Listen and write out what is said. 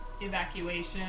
evacuation